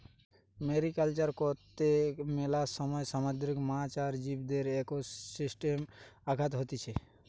mariculture কর্তে মেলা সময় সামুদ্রিক মাছ আর জীবদের একোসিস্টেমে আঘাত হতিছে